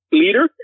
leader